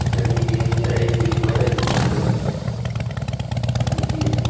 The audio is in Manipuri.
ꯀꯔꯤꯒꯤ ꯍꯥꯏꯁꯤ ꯑꯩꯁꯤ ꯂꯣꯏꯅ ꯌꯣꯟꯒꯗꯃꯤ ꯑꯗꯨꯒꯤ